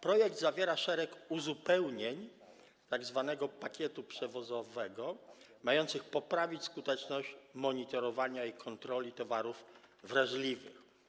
Projekt zawiera szereg uzupełnień w przypadku tzw. pakietu przewozowego mających poprawić skuteczność monitorowania i kontroli towarów wrażliwych.